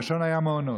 הראשון היה מעונות.